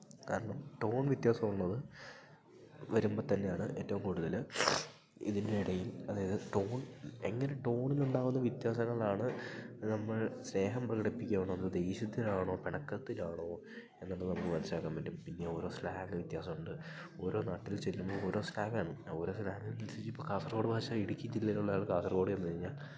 കാരണം ടോൺ വിത്യാസം ഉള്ളത് വരുമ്പോള്ത്തന്നെയാണ് ഏറ്റവും കൂടുതല് ഇതിൻ്റെ ഇടയിൽ അതായത് ടോൺ എങ്ങനെ ടോണിലുണ്ടാവുന്ന വ്യത്യാസങ്ങളാണ് നമ്മൾ സ്നേഹം പ്രകടിപ്പിക്കുകയാണോ അതോ ദേഷ്യത്തിലാണോ പിണക്കത്തിലാണോ എന്നതു നമുക്ക് മനസ്സിലാക്കാൻ പറ്റും പിന്നെ ഓരോ സ്ലാങ്ങ് വ്യത്യാസമുണ്ട് ഓരോ നാട്ടിൽ ചെല്ലുമ്പോള് ഓരോ സ്ലാങ്ങാണ് ആ ഓരോ സ്ലാങ്ങനുസരിച്ചിപ്പോള് കാസർഗോഡ് ഭാഷ ഇടുക്കി ജില്ലയിലുള്ള ആള് കാസർഗോഡ് ചെന്നുകഴിഞ്ഞാല്